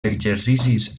exercicis